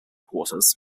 quarters